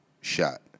Shot